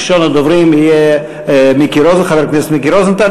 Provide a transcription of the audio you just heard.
ראשון הדוברים יהיה חבר הכנסת מיקי רוזנטל.